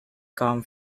come